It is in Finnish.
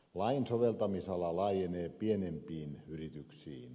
lain soveltamisala laajenee pienempiin yrityksiin